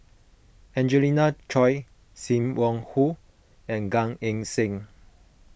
Angelina Choy Sim Wong Hoo and Gan Eng Seng